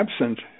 absent